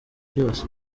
yose